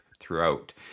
throughout